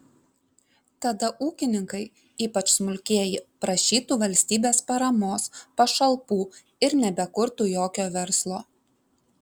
tada ūkininkai ypač smulkieji prašytų valstybės paramos pašalpų ir nebekurtų jokio verslo